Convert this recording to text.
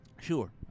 sure